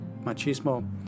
machismo